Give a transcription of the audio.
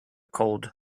cold